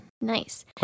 Nice